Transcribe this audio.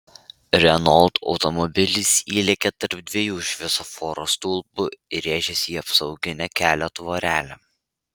renault automobilis įlėkė tarp dviejų šviesoforo stulpų ir rėžėsi į apsauginę kelio tvorelę